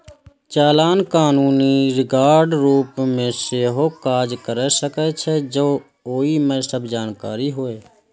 चालान कानूनी रिकॉर्डक रूप मे सेहो काज कैर सकै छै, जौं ओइ मे सब जानकारी होय